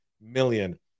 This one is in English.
million